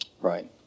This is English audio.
Right